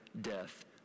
death